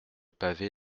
pavé